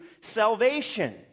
salvation